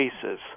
cases